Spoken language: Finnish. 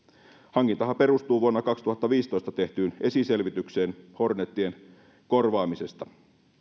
hankintahan perustuu vuonna kaksituhattaviisitoista tehtyyn esiselvitykseen hornetien korvaamisesta